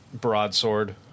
broadsword